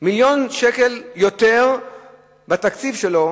מיליון שקל יותר בתקציב שלו